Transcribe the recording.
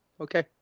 Okay